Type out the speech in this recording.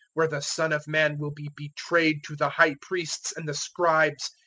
where the son of man will be betrayed to the high priests and the scribes.